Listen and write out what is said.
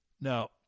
Now